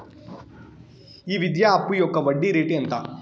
ఈ విద్యా అప్పు యొక్క వడ్డీ రేటు ఎంత?